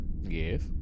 Yes